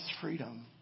freedom